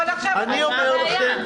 אבל זה מה --- בתו הסגול.